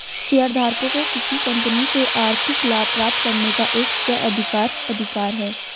शेयरधारकों को किसी कंपनी से आर्थिक लाभ प्राप्त करने का एक स्व अधिकार अधिकार है